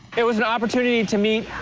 it was an opportunity to meety